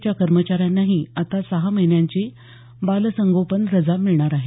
च्या कर्मचाऱ्यांनाही आता सहा महिन्यांची बालसंगोपन रजा मिळणार आहे